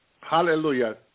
Hallelujah